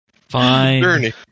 Fine